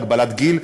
גם הגבלת גיל,